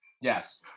Yes